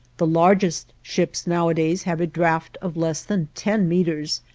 the largest ships nowadays have a draft of less than ten meters,